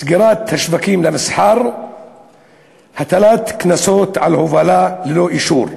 סגירת השווקים למסחר והטלת קנסות על הובלה ללא אישור.